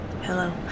hello